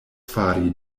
fari